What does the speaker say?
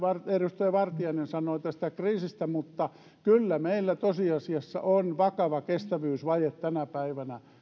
edustaja vartiainen sanoi tästä kriisistä mutta kyllä meillä tosiasiassa on vakava kestävyysvaje tänä päivänä